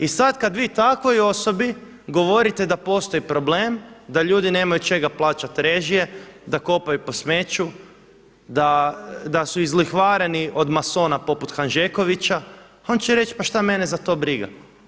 I sad kad vi takvoj osobi govorite da postoji problem, da ljudi nemaju od čega plaćat režije, da kopaju po smeću, da su izlihvareni od masona poput Hanžekovića on će reći pa šta mene za to briga.